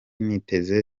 niteze